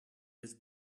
his